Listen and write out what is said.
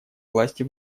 власти